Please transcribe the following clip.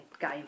game